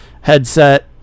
headset